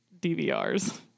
DVRs